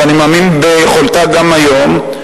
ואני מאמין ביכולתה גם היום,